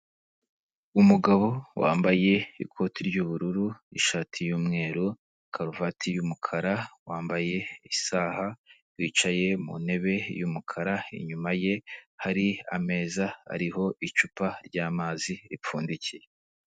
Umugabo wambaye ikoti ry'ubururu, ishati y'umweru, karuvati y'umukara, wambaye isaha, wicaye mu ntebe y'umukara, inyuma ye hari ameza ariho icupa ry'amazi ripfundikiye.